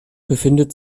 befindet